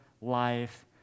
life